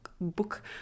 book